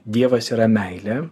dievas yra meilė